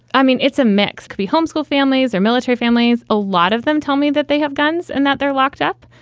i mean, it's a mixed homeschool families or military families. a lot of them tell me that they have guns and that they're locked up.